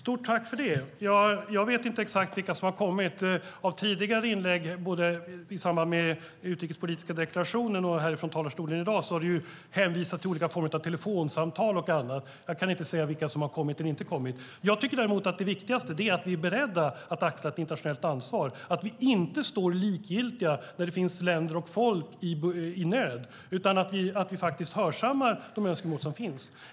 Fru talman! Jag vet inte exakt vilka som har kommit. I tidigare inlägg, både i samband med den utrikespolitiska deklarationen och från talarstolen här i dag, har det hänvisats till olika telefonsamtal och annat. Jag kan inte säga vilka som har kommit eller inte kommit. Jag tycker däremot att det viktigaste är att vi är beredda att axla ett internationellt ansvar och inte står likgiltiga utan hörsammar de önskemål som finns när länder och folk är i nöd.